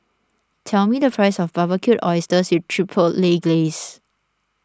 tell me the price of Barbecued Oysters with Chipotle Glaze